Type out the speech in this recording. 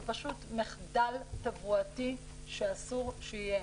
זה פשוט מחדל תברואתי שאסור שיהיה,